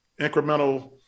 incremental